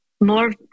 more